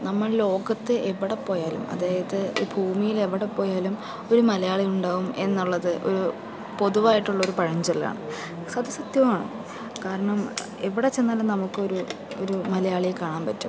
നമ്മൾ ലോകത്ത് എവടെ പോയാലും അതായത് ഈ ഭൂമിയിൽ എവടെ പോയാലും ഒരു മലയാളി ഉണ്ടാവും എന്നൊള്ളത് ഒരു പൊതുവായിട്ടുള്ളൊരു പഴഞ്ചൊല്ലാണ് സത് സത്യമാണ് കാരണം എവിടെ ചെന്നാലും നമുക്കൊരു ഒരു മലയാളിയെ കാണാൻ പറ്റും